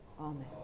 Amen